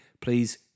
Please